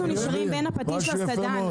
אנחנו נשארים בין הפטיש לסדן.